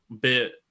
bit